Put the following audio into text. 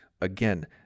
Again